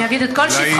אני אגיד את כל שבחו,